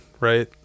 right